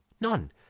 None